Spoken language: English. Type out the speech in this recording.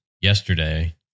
yesterday